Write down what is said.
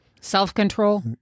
self-control